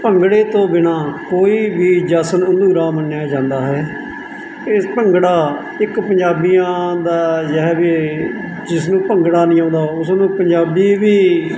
ਭੰਗੜੇ ਤੋਂ ਬਿਨਾਂ ਕੋਈ ਵੀ ਜਸ਼ਨ ਅਧੂਰਾ ਮੰਨਿਆ ਜਾਂਦਾ ਹੈ ਇਸ ਭੰਗੜਾ ਇੱਕ ਪੰਜਾਬੀਆਂ ਦਾ ਯਹ ਵੀ ਜਿਸ ਨੂੰ ਭੰਗੜਾ ਨਹੀਂ ਆਉਂਦਾ ਉਸ ਨੂੰ ਪੰਜਾਬੀ ਵੀ